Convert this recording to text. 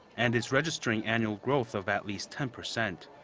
and is registering annual growth of at least ten percent.